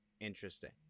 interesting